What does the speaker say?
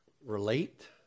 Relate